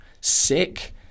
sick